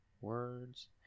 Words